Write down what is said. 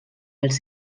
els